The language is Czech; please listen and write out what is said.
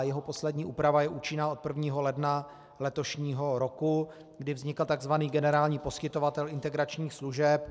Jeho poslední úprava je účinná od 1. ledna letošního roku, kdy vznikl takzvaný generální poskytovatel integračních služeb.